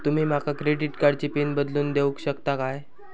तुमी माका क्रेडिट कार्डची पिन बदलून देऊक शकता काय?